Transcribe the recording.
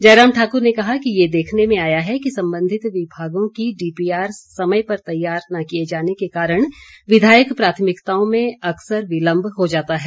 जयराम ठाकुर ने कहा कि ये देखने में आया है कि संबंधित विभागों द्वारा डीपीआर समय पर तैयार न किए जाने के कारण विधायक प्राथमिकताओं में अकसर विलंब हो जाता है